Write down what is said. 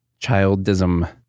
Childism